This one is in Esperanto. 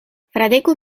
fradeko